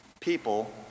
people